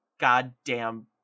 goddamn